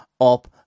up